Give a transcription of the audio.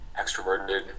extroverted